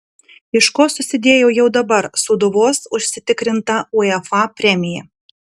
iš ko susidėjo jau dabar sūduvos užsitikrinta uefa premija